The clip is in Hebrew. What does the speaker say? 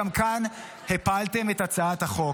גם כאן הפלתם את הצעת החוק.